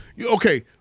Okay